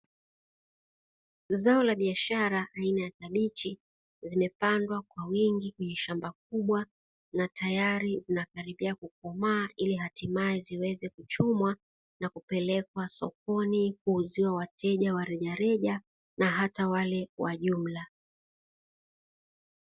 Zao la biashara aina ya kabichi zimepandwa kwa wingi kwenye shamba kubwa na tayari zinakaribia kukomaa, ili hatimaye ziweze kuchumwa na kupelekwa sokoni kuuziwa wateja wa rejareja na hata wale wa jumla.